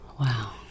Wow